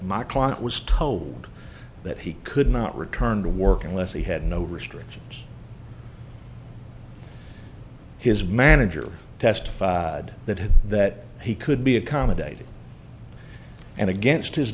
my client was told that he could not return to work unless he had no restrictions his manager testified that he that he could be accommodated and against his